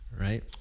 right